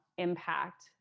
Impact